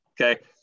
okay